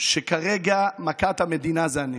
שכרגע מכת המדינה זה הנשק.